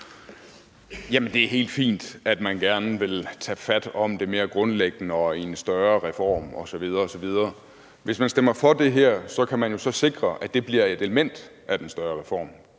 det er helt fint, at man gerne vil tage fat om det mere grundlæggende og i en større reform osv. osv. Hvis man stemmer for det her, kan man jo så sikre, at det bliver et element i den større reform.